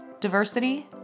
diversity